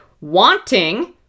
Wanting